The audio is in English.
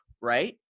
right